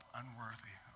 unworthy